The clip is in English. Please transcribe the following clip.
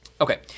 Okay